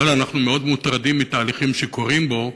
אבל אנחנו מאוד מוטרדים מתהליכים שקורים בו,